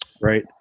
right